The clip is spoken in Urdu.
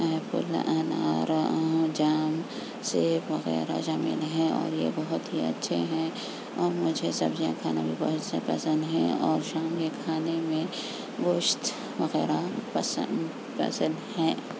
ایپل انار جام سیب وغیرہ شامل ہیں اور یہ بہت ہی اچھے ہیں اور مجھے سبزیاں کھانا بھی بہت زیادہ پسند ہیں اور شام میں کھانے میں گوشت وغیرہ پسند پسند ہیں